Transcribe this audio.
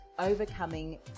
overcoming